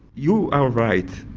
you are right.